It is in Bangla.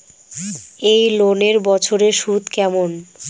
এই লোনের বছরে সুদ কেমন?